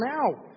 now